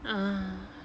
(uh huh)